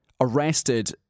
arrested